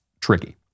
tricky